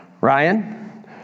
Ryan